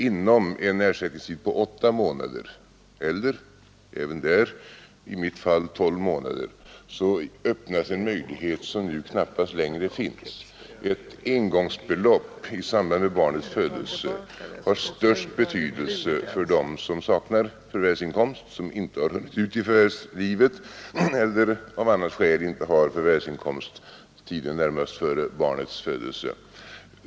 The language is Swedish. Inom en ersättningstid på åtta månader — eller även där i mitt fall tolv månader — öppnas en möjlighet som nu knappast längre finns. Ett engångsbelopp i samband med barnets födelse har störst betydelse för dem som saknar förvärvsinkomst, för dem som inte hunnit ut i förvärvslivet eller av annat skäl inte har inkomst under tiden närmast före barnets födelse.